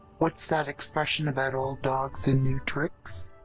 what's that expression about old dogs and new tricks?